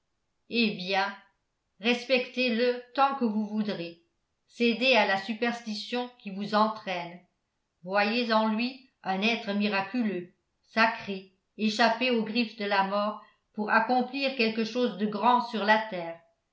eh bien respectez le tant que vous voudrez cédez à la superstition qui vous entraîne voyez en lui un être miraculeux sacré échappé aux griffes de la mort pour accomplir quelque chose de grand sur la terre